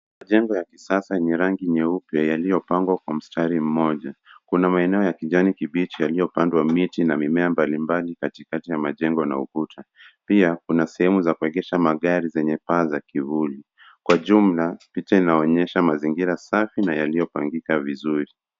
Majengo ya kisasa yenye rangi nyeupe yaliyopangwa kwa mstari mmoja, Kuna maeneo ya kijani kibichi yaliyopandwa miti na mimea mbalimbali katikati ya majengo na ukuta. Pia kuna sehemu za kuegesha magari zenye paa za kivuli. Kwa jumla, picha inaonyesha mazingira safi na yaliyopangika vizuri.